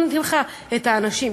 לא נותנים לך את האנשים.